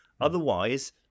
Otherwise